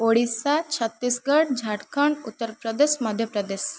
Odisha Chhattisgarh Jharkhand Uttar Pradesh Madhya Pradesh